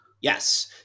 Yes